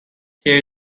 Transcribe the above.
here